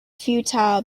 futile